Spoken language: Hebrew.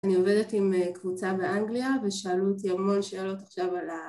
אני עובדת עם קבוצה באנגליה ושאלו אותי המון שאלות עכשיו על ה...